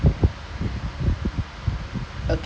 ஆமா இருபத்தி ஒன்னு இருபத்தி ஆறு:aamaa irupathi onnu irupathi aaru